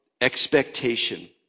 expectation